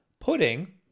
pudding